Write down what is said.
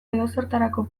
edozertarako